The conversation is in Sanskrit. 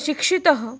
शिक्षितः